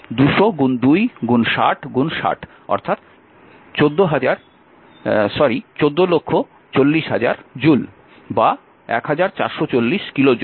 সুতরাং মোট কৃত কার্যের পরিমান w 200 2 60 60 1440000 জুল 1440 কিলো জুল